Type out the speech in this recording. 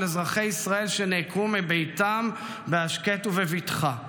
אזרחי ישראל שנעקרו מביתם בהשקט ובבטחה.